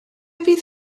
fydd